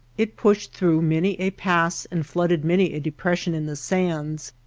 it pushed through many a pass and flooded many a depression in the sands,